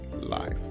life